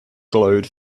glowed